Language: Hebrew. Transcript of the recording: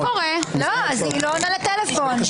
לא אושרו.